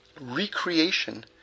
recreation